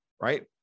right